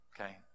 okay